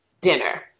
dinner